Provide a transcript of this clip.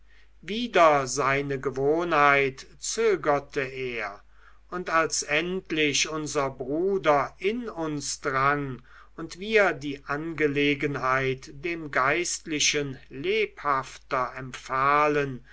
wider seine gewohnheit zögerte er und als endlich unser bruder in uns drang und wir die angelegenheit dem geistlichen lebhafter empfahlen